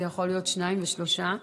אלא יכולים להיות שניים ושלושה,